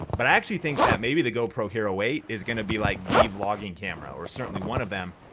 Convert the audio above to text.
but i actually think that maybe the gopro hero eight is gonna be like the vlogging camera or certainly one of them,